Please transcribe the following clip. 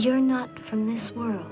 your not from this world